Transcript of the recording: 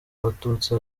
abatutsi